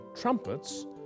trumpets